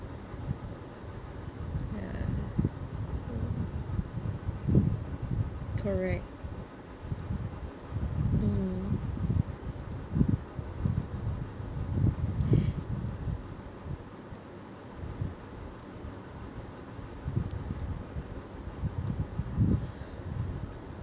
ya so correct mm